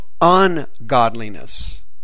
ungodliness